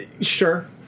sure